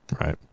Right